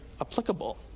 applicable